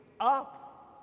up